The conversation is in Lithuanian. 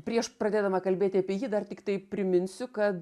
prieš pradėdama kalbėti apie jį dar tiktai priminsiu kad